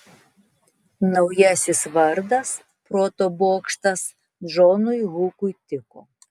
naujasis vardas proto bokštas džonui hukui tiko